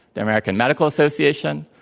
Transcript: the american medical association,